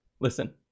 Listen